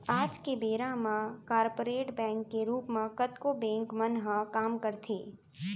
आज के बेरा म कॉरपोरेट बैंक के रूप म कतको बेंक मन ह काम करथे